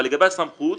אבל לשאלת הסמכות,